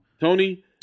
Tony